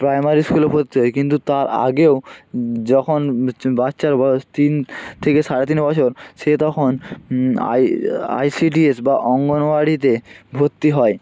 primary ইস্কুলে ভর্তি হয় কিন্তু তার আগেও যখন বাচ্চার বয়স তিন থেকে সাড়ে তিন বছর সে তখন I I C D S বা অঙ্গনওয়াড়িতে ভর্তি হয়